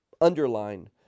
underline